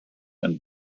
and